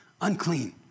Unclean